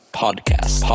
podcast